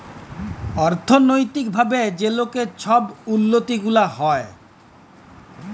অথ্থলৈতিক ভাবে যে লকের ছব উল্লতি গুলা হ্যয়